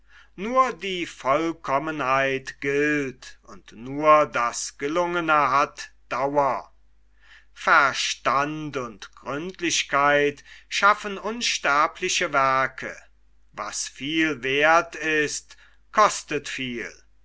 nur die vollkommenheit gilt und nur das gelungene hat dauer verstand und gründlichkeit schaffen unsterbliche werke was viel werth ist kostet viel